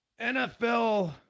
NFL